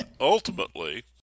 ultimately